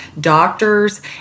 doctors